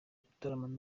gutaramana